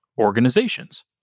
organizations